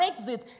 Brexit